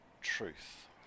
truth